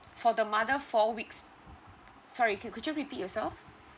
for the mother four weeks sorry could could you repeat yourself